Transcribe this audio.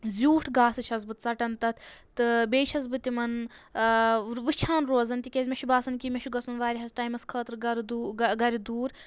زیوٗٹھ گاسہٕ چھَس بہٕ ژَٹان تَتھ تہٕ بیٚیہِ چھَس بہٕ تِمَن وٕچھان روزَان تِکیازِ مےٚ چھُ باسَان کہِ مےٚ چھُ گژھُن واریاہَس ٹایمَس خٲطرٕ گرٕ دوٗ گَرِ دوٗر